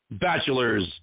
Bachelor's